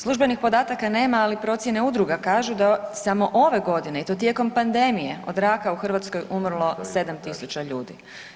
Službenih podataka nema, ali procjene udruga kažu da samo ove godine i to tijekom pandemije od raka u Hrvatskoj je umrlo 7.000 ljudi.